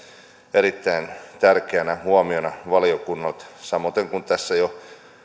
erittäin tärkeänä huomiona valiokunnalta samoiten kuin tässä jo